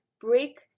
break